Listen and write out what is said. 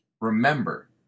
Remember